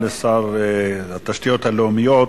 תודה לשר התשתיות הלאומיות,